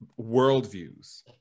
worldviews